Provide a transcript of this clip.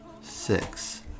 Six